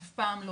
אף פעם לא